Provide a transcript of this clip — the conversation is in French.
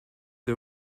the